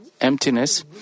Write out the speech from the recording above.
emptiness